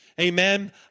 Amen